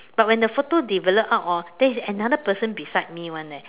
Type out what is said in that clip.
but when the photo developed out hor there is another person beside me [one] leh